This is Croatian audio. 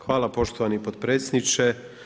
Hvala poštovani potpredsjedniče.